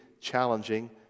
challenging